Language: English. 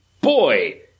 boy